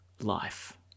life